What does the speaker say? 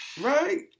Right